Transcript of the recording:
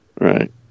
right